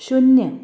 शुन्य